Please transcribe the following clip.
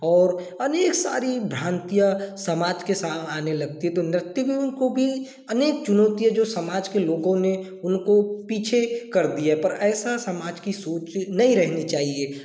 और अनेक सारी भ्रांतिया समाज के सा आने लगती हैं तो नर्तिकियों की अनेक चुनौतियाँ जो समाज के लोगों ने उनको पीछे कर दिया पर ऐसा समाज की सोच नहीं रहनी चाहिए